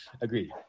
Agreed